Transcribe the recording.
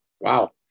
Wow